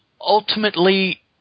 Ultimately